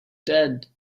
dead